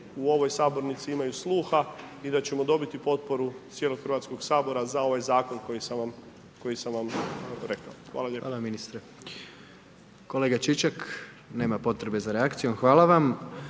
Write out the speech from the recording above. u ovoj sabornici imaju sluha i da ćemo dobiti potporu cijelog Hrvatskog sabora za ovaj zakon koji sam vam rekao. Hvala lijepo. **Jandroković, Gordan (HDZ)** Hvala ministre. Kolega Čičak? Nema potrebe za reakcijom, hvala vam.